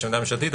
יש עמדה ממשלתית,